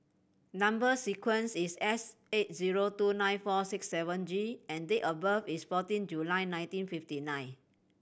number sequence is S eight zero two nine four six seven G and date of birth is fourteen July nineteen fifty nine